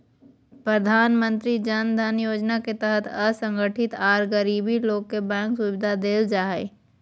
प्रधानमंत्री जन धन योजना के तहत असंगठित आर गरीब लोग के बैंक सुविधा देल जा हई